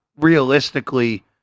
realistically